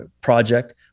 project